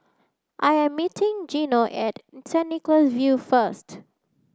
I am meeting Gino at Saint Nicholas View first